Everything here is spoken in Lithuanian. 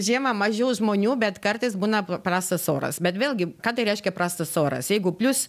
žiemą mažiau žmonių bet kartais būna prastas oras bet vėlgi ką tai reiškia prastas oras jeigu plius